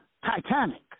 Titanic